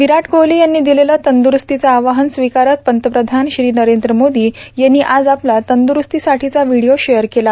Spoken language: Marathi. विराट कोहली यांनी दिलेलं तंदुरूस्ती आव्हान स्वीकारत पंतप्रधान श्री नरेंद्र मोदी यांनी आज आपला तंद्ररूस्तीसाठीचा व्हिडिओ शेअर केला